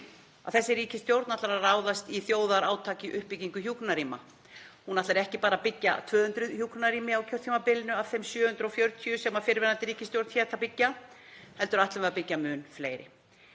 þessi ríkisstjórn ætlar að ráðast í þjóðarátak í uppbyggingu hjúkrunarrýma. Hún ætlar ekki bara að byggja 200 hjúkrunarrými á kjörtímabilinu af þeim 740 sem fyrrverandi ríkisstjórn hét að byggja heldur ætlum við að byggja mun fleiri.